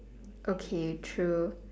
okay true